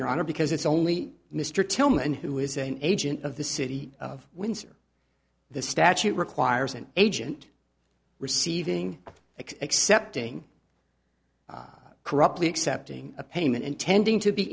your honor because it's only mr tilman who is a agent of the city of windsor the statute requires an agent receiving accepting corruptly accepting a payment intending to